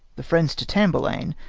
the friends to tamburlaine,